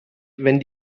wenn